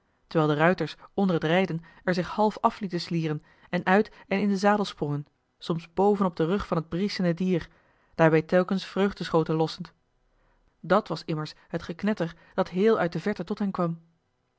terwijl de ruiters onder t rijden er zich half af lieten slieren en uit en in den zadel sprongen soms boven op den rug van het brieschende dier daarbij telkens vreugdeschoten lossend dàt was immers het geknetter dat heel uit de verte tot hen kwam